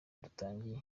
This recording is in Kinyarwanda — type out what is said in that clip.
dutangiye